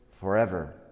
forever